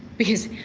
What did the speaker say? because,